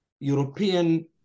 European